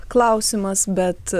klausimas bet